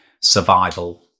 survival